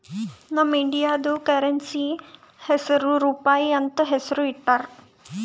ನಮ್ ಇಂಡಿಯಾದು ಕರೆನ್ಸಿ ಹೆಸುರ್ ರೂಪಾಯಿ ಅಂತ್ ಹೆಸುರ್ ಇಟ್ಟಾರ್